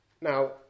Now